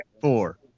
four